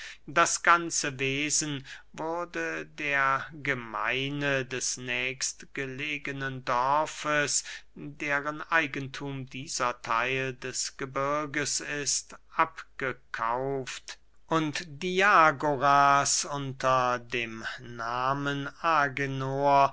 das ganze wesen wurde der gemeine des nächstgelegnen dorfes deren eigenthum dieser theil des gebirges ist abgekauft und diagoras unter dem nahmen agenor